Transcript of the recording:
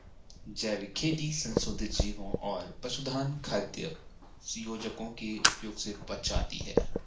जैविक खेती संशोधित जीवों और पशुधन खाद्य योजकों के उपयोग से बचाती है